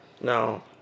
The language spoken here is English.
No